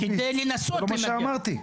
זה לא מה שאמרתי.